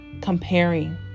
comparing